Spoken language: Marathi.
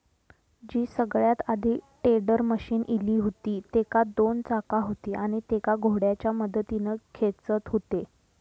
जी सगळ्यात आधी टेडर मशीन इली हुती तेका दोन चाका हुती आणि तेका घोड्याच्या मदतीन खेचत हुते